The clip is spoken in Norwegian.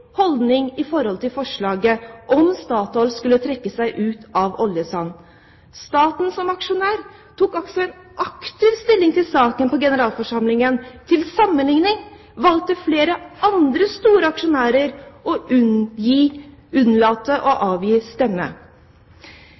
holdning til forslaget om hvorvidt Statoil skulle trekke seg ut av oljesandaktiviteter. Staten som aksjonær tok også en aktiv stilling til saken på generalforsamlingen. Til sammenligning valgte flere andre store aksjonærer å unnlate å avgi stemme.